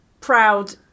proud